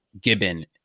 Gibbon